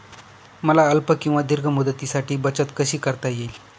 मला अल्प किंवा दीर्घ मुदतीसाठी बचत कशी करता येईल?